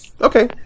Okay